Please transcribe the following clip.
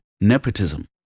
nepotism